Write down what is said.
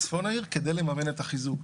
בצפון העיר כדי לממן את החיזוק.